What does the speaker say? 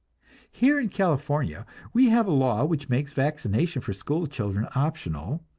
here in california we have a law which makes vaccination for school children optional,